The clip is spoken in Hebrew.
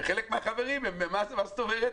וחלק מהחברים אומרים: מה זאת אומרת,